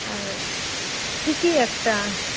আর ঠিকই একটা